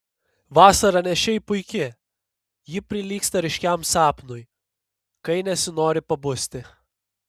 vasara ne šiaip puiki ji prilygsta ryškiam sapnui kai nesinori pabusti